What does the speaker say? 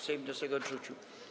Sejm wniosek odrzucił.